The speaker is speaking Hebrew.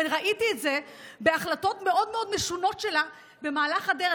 וראיתי את זה בהחלטות מאוד מאוד משונות שלה במהלך הדרך,